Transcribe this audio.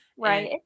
Right